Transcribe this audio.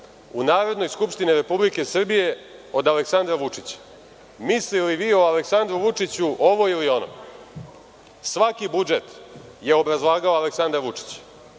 u Narodnoj skupštini Republike Srbije od Aleksandra Vučića, mislili vi o Aleksandru Vučiću ovo ili ono. Svaki budžet je obrazlagao Aleksandar Vučić.